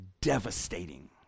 Devastating